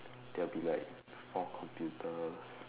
there will be like four computers